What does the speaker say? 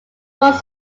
was